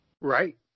Right